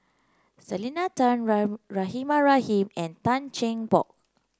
Selena Tan Rahimah Rahim and Tan Cheng Bock